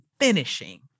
finishing